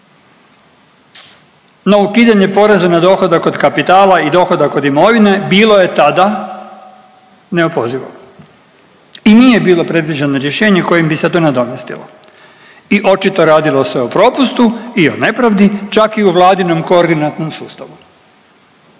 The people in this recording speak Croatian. no ukidanje poreza na dohodak od kapitala i dohodak od imovine bilo je tada neopozivo i nije bilo predviđeno rješenje kojim bi se to nadomjestilo. I očito radilo se o propustu i o nepravdi čak i u vladinom koordinativnom sustavu.